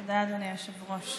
תודה, אדוני היושב-ראש.